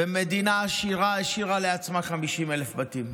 ומדינה עשירה השאירה לעצמה 50,000 בתים.